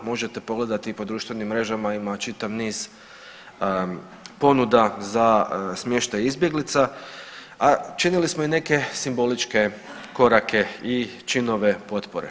Možete pogledati i po društvenim mrežama ima čitav niz ponuda za smještaj izbjeglica, a činili smo i neke simboličke korake i činove potpore.